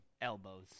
Elbows